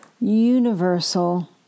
universal